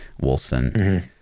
wilson